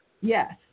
Yes